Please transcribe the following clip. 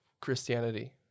christianity